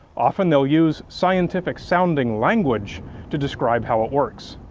often they'll use scientific sounding language to describe how it works.